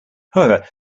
however